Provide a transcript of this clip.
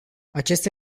acesta